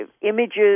images